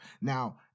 Now